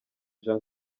jean